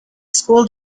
school